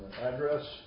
address